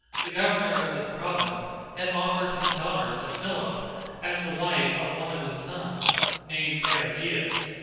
the governor of this province had offered his daughter to philip as the wife of one of his sons named aridaeus,